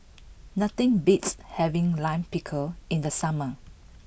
nothing beats having Lime Pickle in the summer